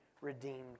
redeemed